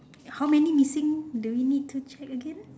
how many missing do we need to check again